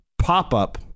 pop-up